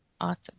Awesome